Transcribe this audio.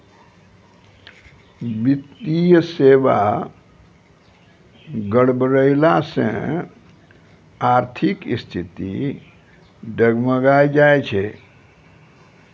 वित्तीय सेबा गड़बड़ैला से आर्थिक स्थिति डगमगाय जाय छै